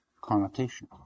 connotation